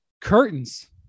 curtains